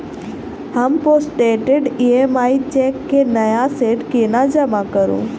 हम postdated EMI cheque केँ नया सेट केना जमा करू?